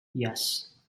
yes